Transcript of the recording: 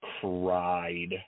cried